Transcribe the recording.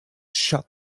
shut